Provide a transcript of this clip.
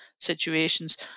situations